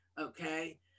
Okay